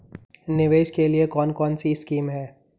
निवेश के लिए कौन कौनसी स्कीम हैं?